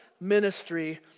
ministry